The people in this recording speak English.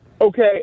Okay